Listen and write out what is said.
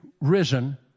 risen